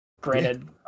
granted